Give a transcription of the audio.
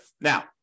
Now